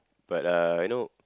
but uh you know